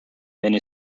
many